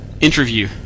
interview